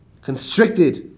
constricted